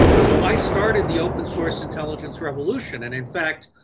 so, i started the open source intelligence revolution and in fact,